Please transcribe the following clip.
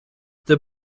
the